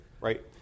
right